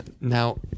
now